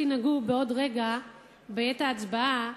תנהגו בעוד רגע בעת ההצבעה,